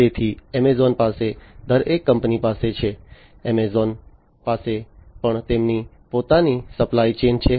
તેથી એમેઝોન પાસે દરેક કંપની પાસે છે એમેઝોન પાસે પણ તેમની પોતાની સપ્લાય ચેઈન છે